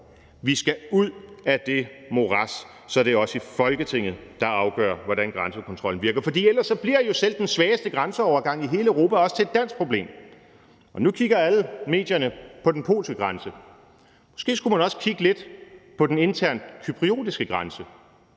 Vi skal ud af det morads, så det er os i Folketinget, der afgør, hvordan grænsekontrollen skal fungere, fordi ellers bliver jo selv den svageste grænseovergang i hele Europa også til et dansk problem. Nu kigger alle medierne på den polske grænse. Måske skulle man også kigge lidt på den internt cypriotiske grænse,